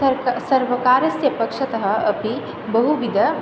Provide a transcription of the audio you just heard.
सर्क सर्वकारस्य पक्षतः अपि बहुविदः